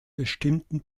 bestimmten